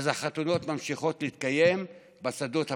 אז החתונות ממשיכות להתקיים בשדות הפתוחים,